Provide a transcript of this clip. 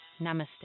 Namaste